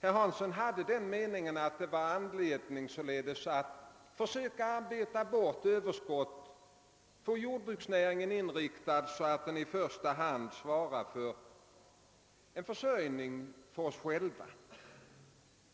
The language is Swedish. Herr Hansson framförde därmed meningen att det var anledning att försöka arbeta bort överskotten och få jordbruksnäringen inriktad på att i första hand svara för vår egen försörjning.